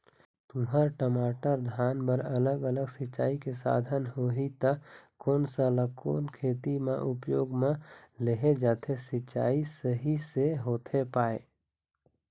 तुंहर, टमाटर, धान बर अलग अलग सिचाई के साधन होही ता कोन सा ला कोन खेती मा उपयोग मा लेहे जाथे, सिचाई सही से होथे पाए?